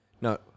no